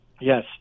yes